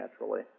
naturally